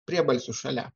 priebalsių šalia